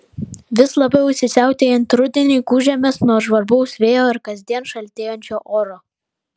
vis labiau įsisiautėjant rudeniui gūžiamės nuo žvarbaus vėjo ir kasdien šaltėjančio oro